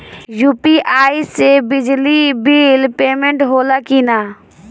UPI से बिजली bill payment होला कि न?